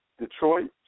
Detroit